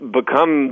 become